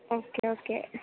okay okay